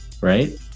right